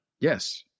Yes